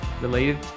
related